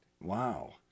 Wow